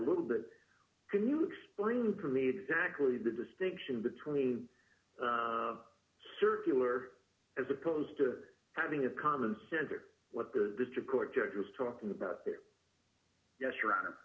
a little bit can you explain for me exactly the distinction between a circular as opposed to having a common sense or what the district court judge was talking about there yes